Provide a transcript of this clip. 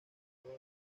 color